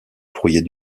courrier